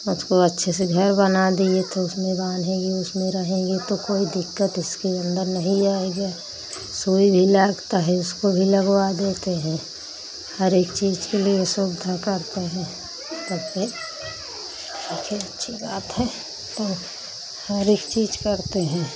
उसको अच्छे से घर बना दिए थे उसमें बान्हेंगी उसमें रहेंगी तो कोई दिक़्क़त उसके अन्दर नहीं आएगा सुईं भी लागती है उसको भी लगवा देते हैं हर एक चीज़ के लिए सुविधा करते हैं सबके अच्छी अच्छी बात है तो हर एक चीज़ करते हैं